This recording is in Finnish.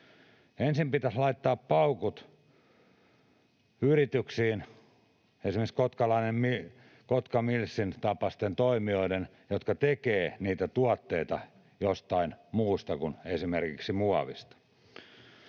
Ensin pitäisi laittaa paukut yrityksiin — esimerkiksi kotkalaisen Kotkamillsin tapaisiin toimijoihin — jotka tekevät niitä tuotteita jostain muusta kuin esimerkiksi muovista.